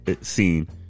scene